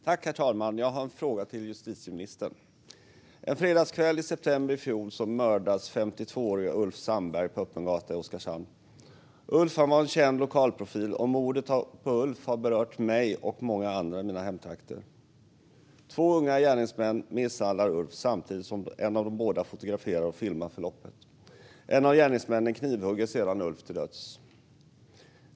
Herr talman! Jag har en fråga till justitieministern. En fredagskväll i september i fjol mördas 52-årige Ulf Sandberg på öppen gata i Oskarshamn. Ulf var en känd lokalprofil, och mordet på Ulf har berört mig och många andra i mina hemtrakter. Två unga gärningsmän misshandlar Ulf samtidigt som en av dem fotograferar och filmar förloppet. En av gärningsmännen knivhugger sedan Ulf till döds.